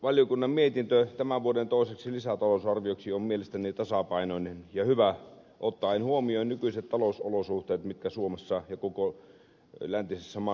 valtiovarainvaliokunnan mietintö tämän vuoden toiseksi lisätalousarvioksi on mielestäni tasapainoinen ja hyvä ottaen huomioon nykyiset talousolosuhteet mitkä suomessa ja koko läntisessä maailmassa vallitsevat